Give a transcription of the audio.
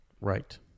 Right